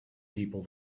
people